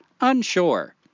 unsure